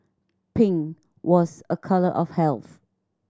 pink was a colour of health